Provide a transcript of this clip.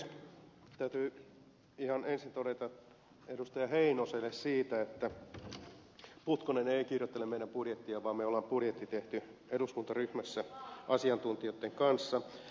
täytyy ihan ensin todeta edustaja heinoselle että putkonen ei kirjoittele meidän budjettiamme vaan me olemme tehneet budjetin eduskuntaryhmässä asiantuntijoitten kanssa